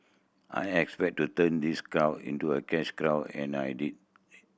I expected to turn these cow into a cash crow and I did